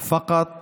היא כדי